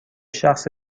شخص